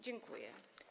Dziękuję.